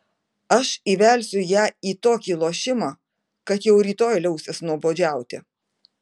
aš įvelsiu ją į tokį lošimą kad jau rytoj liausis nuobodžiauti